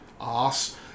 ass